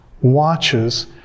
watches